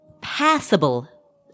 passable